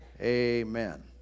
amen